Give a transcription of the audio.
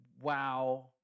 wow